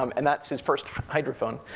um and that's his first hydrophone.